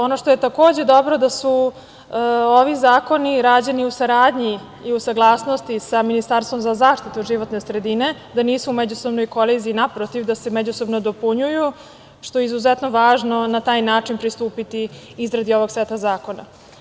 Ono što je takođe dobro je da su ovi zakoni rađeni u saradnji i u saglasnosti sa Ministarstvom za zaštitu životne sredine, da nisu u međusobnoj koliziji, naprotiv, da se međusobno dopunjuju, što je izuzetno važno na taj način pristupiti izradi ovog seta zakona.